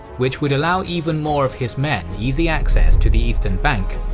which would allow even more of his men easy access to the eastern bank,